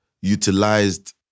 utilized